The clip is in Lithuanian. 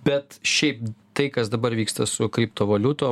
bet šiaip tai kas dabar vyksta su kriptovaliutom